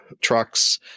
trucks